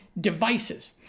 devices